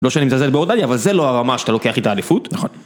לא שאני מתעזל באורדניה, אבל זה לא הרמה שאתה לוקח את האליפות. נכון.